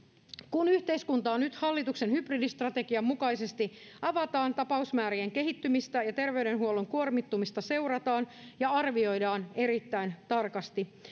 kun yhteiskuntaa nyt hallituksen hybridistrategian mukaisesti avataan tapausmäärien kehittymistä ja ja terveydenhuollon kuormittumista seurataan ja arvioidaan erittäin tarkasti